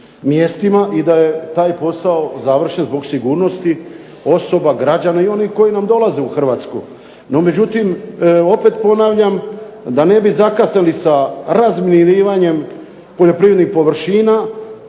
i da je taj posao završen zbog sigurnosti osoba, građana i onih koji nam dolaze u Hrvatsku, no međutim opet ponavljam da ne bi zakasnili sa razminiranjem poljoprivrednih površina,